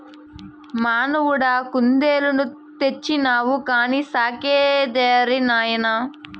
మనవడా కుందేలుని తెచ్చినావు కానీ సాకే దారేది నాయనా